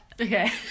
okay